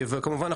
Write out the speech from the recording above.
וכמובן,